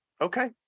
okay